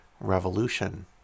revolution